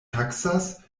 taksas